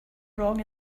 wrong